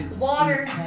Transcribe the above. Water